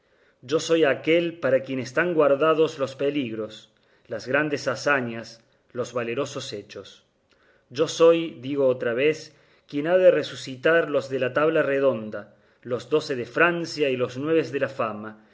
yo soy aquél para quien están guardados los peligros las grandes hazañas los valerosos hechos yo soy digo otra vez quien ha de resucitar los de la tabla redonda los doce de francia y los nueve de la fama